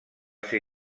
ser